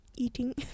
Eating